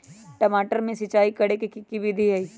टमाटर में सिचाई करे के की विधि हई?